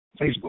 Facebook